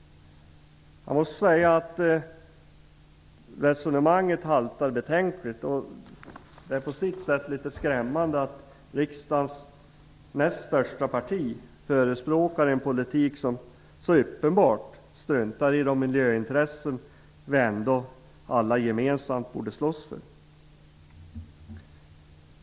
Resonemanget haltar betänkligt. Det är på sitt sätt litet skrämmande att riksdagens näst största parti förespråkar en politik som så uppenbart struntar i de miljöintressen vi ändå alla gemensamt borde slåss för.